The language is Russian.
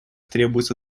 требуется